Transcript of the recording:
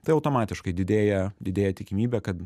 tai automatiškai didėja didėja tikimybė kad